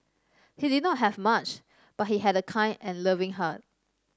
he did not have much but he had a kind and loving heart